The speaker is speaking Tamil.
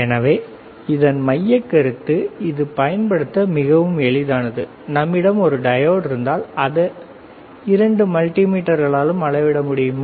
எனவே இதன் மையக்கருத்து இது பயன்படுத்த மிகவும் எளிதானது நம்மிடம் ஒரு டையோடு இருந்தால் அதை இந்த இரண்டு மல்டி மீட்டர்களால் அளவிட முடியுமா